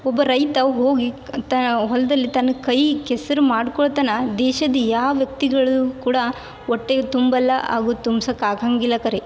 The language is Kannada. ಒಬ್ಬ ರೈತ ಹೋಗಿ ತ ಹೊಲದಲ್ಲಿ ತನ್ನ ಕೈ ಕೆಸರು ಮಾಡ್ಕೊಳ್ತಾನ ದೇಶದ ಯಾವ ವ್ಯಕ್ತಿಗಳು ಕೂಡ ಹೊಟ್ಟೆಗ್ ತುಂಬಲ್ಲ ಹಾಗು ತುಂಬ್ಸಕ್ಕೆ ಆಗೋಂಗಿಲ್ಲ ಖರೆ